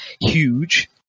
huge